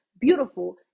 beautiful